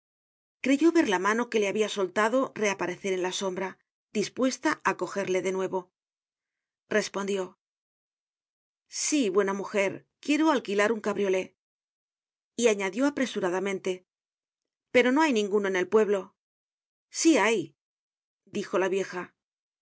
creyó ver la mano que le habia soltado reaparecer en la sombra dispuesta á cogerle de nuevo respondió sí buena mujer quiero alquilar un cabriolé y añadió apresuradamente pero no hay ninguno en el pueblo si hay dijo la vieja